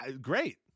Great